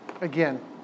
again